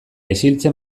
isiltzen